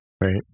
Right